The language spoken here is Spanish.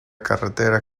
carretera